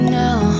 now